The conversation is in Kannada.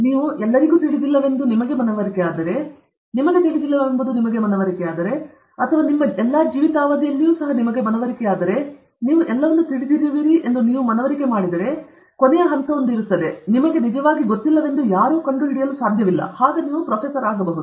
ನೀವು ಎಲ್ಲರಿಗೂ ತಿಳಿದಿಲ್ಲವೆಂದು ನಿಮಗೆ ಮನವರಿಕೆಯಾದರೆ ನಿಮಗೆ ತಿಳಿದಿಲ್ಲವೆಂಬುದು ನಿಮಗೆ ಮನವರಿಕೆಯಾದರೆ ನಿಮ್ಮ ಎಲ್ಲ ಜೀವಿತಾವಧಿಯಲ್ಲಿಯೂ ಸಹ ನಿಮಗೆ ಮನವರಿಕೆಯಾದರೆ ನೀವು ಎಲ್ಲವನ್ನೂ ತಿಳಿದಿರುವಿರಿ ಎಂದು ನೀವು ಮನವರಿಕೆ ಮಾಡಿದರೆ ಕೊನೆಯ ಹಂತವು ಇರುತ್ತದೆ ಯಾರೂ ನಿಮಗೆ ನಿಜವಾಗಿ ಗೊತ್ತಿಲ್ಲವೆಂದು ಯಾರೂ ಕಂಡುಹಿಡಿಯಲು ಸಾಧ್ಯವಿಲ್ಲ ಆಗ ನೀವು ಪ್ರೊಫೆಸರ್ ಆಗಬಹುದು